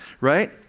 right